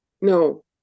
No